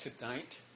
tonight